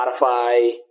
Spotify